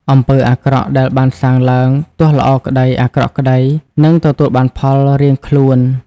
អំពើអាក្រក់ដែលបានសាងឡើង ទោះល្អក្ដី អាក្រក់ក្ដី នឹងទទួលបានផលរៀងខ្លួន ។